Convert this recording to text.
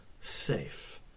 safe